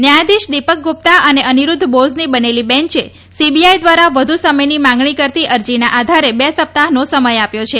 ન્યાયાધીશ દિપક ગુપ્તા અને અનિરૂદ્ધ બોઝની બનેલી બેંચે સીબીઆઈ દ્વારા વધુ સમયની માંગણી કરતી અરજીના આધારે બે સપ્તાહનો સમથ આપ્યો છે